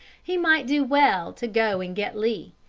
he might do well to go and get lee,